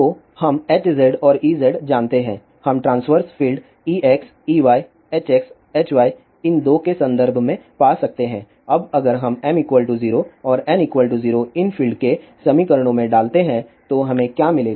तो हम Hz और Ez जानते हैं हम transverse field Ex Ey Hx Hy इन 2 के संदर्भ में पा सकते हैं अब अगर हम m 0 और n 0 इन फील्ड के समीकरणों में डालते हैं तो हमे क्या मिलेगा